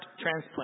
transplant